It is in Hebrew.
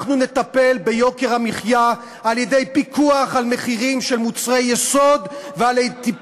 אנחנו נטפל ביוקר המחיה על-ידי פיקוח על מחירים של מוצרי יסוד ועל-ידי